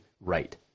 right